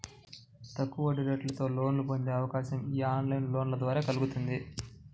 తక్కువ వడ్డీరేటుతో లోన్లను పొందే అవకాశం యీ ఆన్లైన్ లోన్ల ద్వారా కల్గుతుంది